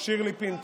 שירלי פינטו,